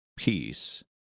peace